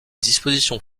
dispositions